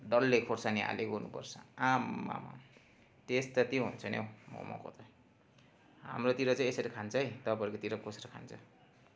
डल्ले खोर्सानी हालेको हुनुपर्छ आम्मामा टेस्ट त त्यो हुन्छ नि हौ मोमोको त हाम्रोतिर चाहिँ यसरी खान्छ है तपाईँहरूकोतिर कसरी खान्छ